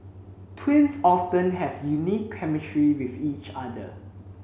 twins often have unique chemistry with each other